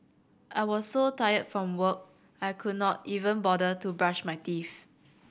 I was so tired from work I could not even bother to brush my teeth